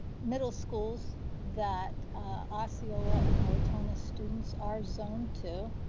middle schools that osceola and ortona students are zoned to.